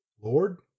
Lord